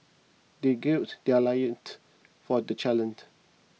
they gird their loins for the challenge